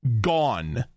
gone